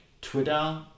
Twitter